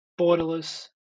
borderless